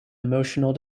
emotional